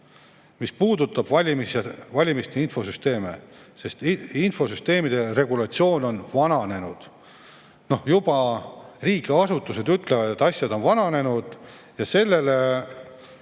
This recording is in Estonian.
mis puudutab valimiste infosüsteeme, sest infosüsteemide regulatsioon on vananenud. Juba riigiasutused ütlevad, et asjad on vananenud. Sellele